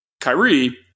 Kyrie